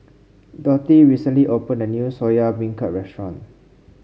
Dorthey recently opened a new Soya Beancurd Restaurant